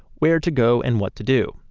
where to go and what to do.